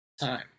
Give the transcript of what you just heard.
time